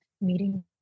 meeting